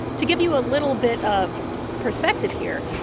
to give you a little bit of perspective here,